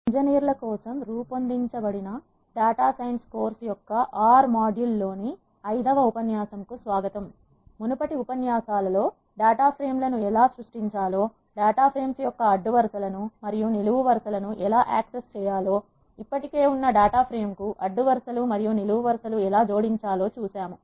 ఇంజనీర్ల కోసం రూపొందించబడిన డాటా సైన్స్ కోర్సు యొక్క ఆర్ మాడ్యూల్ లోని ఐదవ ఉపన్యాసం కు స్వాగతం మునుపటి ఉపన్యాసాలలో డేటా ఫ్రేమ్ లను ఎలా సృష్టించాలో టాటా ఫ్రేమ్ డేటా ఫ్రేమ్స్ యొక్క అడ్డు వరుస లను మరియు నిలువు వరుస లను ఎలా యాక్సెస్ చేయాలో ఇప్పటికే ఉన్న డేటా ఫ్రేమ్ కు అడ్డు వరుస లు మరియు నిలువు వరుస లు ఎలా జోడించాలో చూశాము